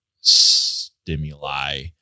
stimuli